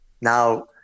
Now